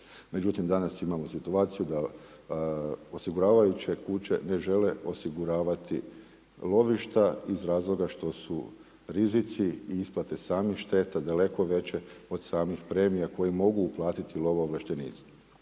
međutim danas imamo situaciju da osiguravajuće kuće ne žele osiguravati lovišta iz razloga što su rizici i isplate samih šteta daleko veće od samih premija koje mogu uplatiti lovoovlaštenici.